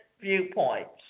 viewpoints